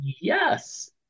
Yes